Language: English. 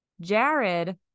Jared